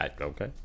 okay